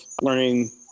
learning